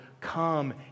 Come